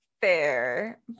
fair